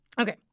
Okay